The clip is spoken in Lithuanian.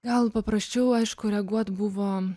gal paprasčiau aišku reaguot buvo